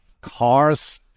cars